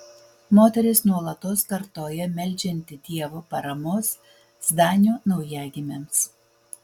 moteris nuolatos kartoja meldžianti dievo paramos zdanių naujagimiams